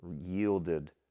yielded